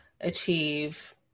achieve